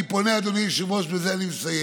אני פונה, אדוני היושב-ראש, ובזה אני מסיים,